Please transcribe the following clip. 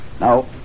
Now